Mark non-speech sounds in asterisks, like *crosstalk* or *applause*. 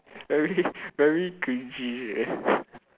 very very cringey eh *laughs*